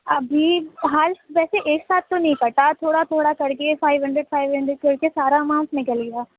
ابھی حال ویسے ایک ساتھ تو نہیں کٹا تھوڑا تھوڑا کر کے فائیو ہنڈریڈ فائیو ہنڈریڈ کر کے سارا اماؤنٹ نکل گیا